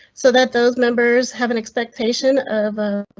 so that those members have an expectation of